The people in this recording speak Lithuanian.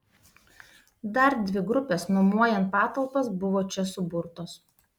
dar dvi grupės nuomojant patalpas buvo čia suburtos